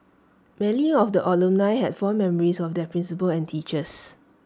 many of the alumnae had fond memories of their principals and teachers